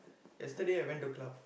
yesterday I went to club